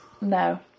no